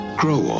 grow